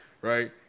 right